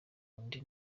undi